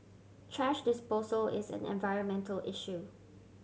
thrash disposal is an environmental issue